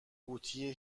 قوطی